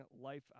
life